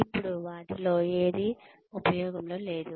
ఇప్పుడు వాటిలో ఏదీ ఉపయోగంలో లేదు